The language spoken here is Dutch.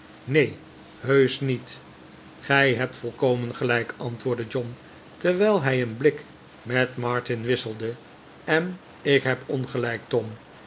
neen heusch niet gij hebt volkomen gelijk antwoordde john terwijl hij een blik met martin wisselde en ik heb ongelijk tom